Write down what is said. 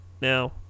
now